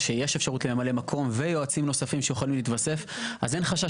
ממלא מקום, אפשרו לו יועצים נוספים, ועדיין החלטה